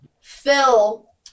Phil